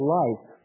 life